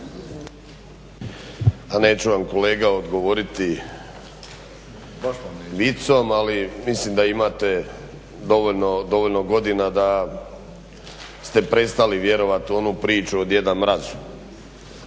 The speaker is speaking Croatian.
Neću vam kolega odgovoriti vicom ali mislim da imate dovoljno godina da ste prestali vjerovati u onu priču o Djeda Mrazu.